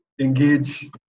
engage